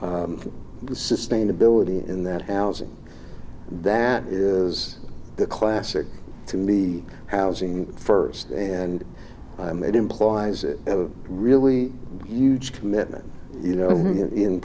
sustainability in that housing that is the classic to be housing first and it implies a really huge commitment you know in